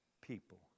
people